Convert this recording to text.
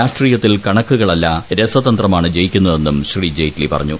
രാഷ്ട്രീയത്തിൽ കണക്കുകളല്ല രസതന്ത്രമാണ് ജയിക്കുന്നതെന്നും ശ്രീ ജെയ്റ്റ്ലി പറഞ്ഞു